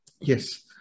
Yes